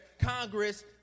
Congress